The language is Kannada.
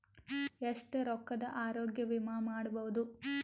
ಎಷ್ಟ ರೊಕ್ಕದ ಆರೋಗ್ಯ ವಿಮಾ ಮಾಡಬಹುದು?